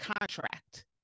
contract